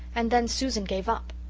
and then susan gave up.